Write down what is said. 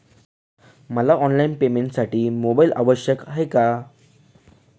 मला ऑनलाईन पेमेंटसाठी मोबाईल आवश्यक आहे का?